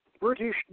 British